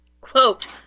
Quote